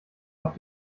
auf